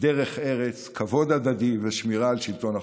דרך ארץ, כבוד הדדי ושמירה על שלטון החוק.